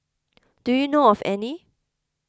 do you know of any